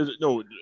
No